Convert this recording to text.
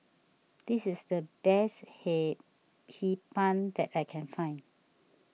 this is the best Hee Pan that I can find